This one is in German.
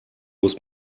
muss